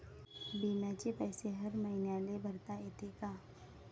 बिम्याचे पैसे हर मईन्याले भरता येते का?